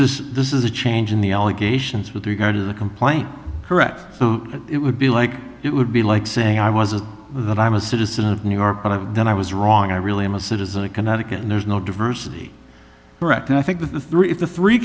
is this is a change in the allegations with regard to the complaint correct it would be like it would be like saying i wasn't that i'm a citizen of new york but i've done i was wrong i really am a citizen of connecticut and there's no diversity correct and i think that the three of the three